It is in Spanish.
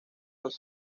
los